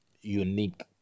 unique